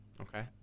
Okay